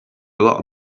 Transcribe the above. lot